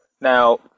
Now